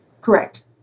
Correct